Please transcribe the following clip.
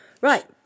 Right